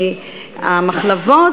המחלבות.